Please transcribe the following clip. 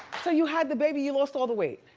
so, you had the baby, you lost all the weight.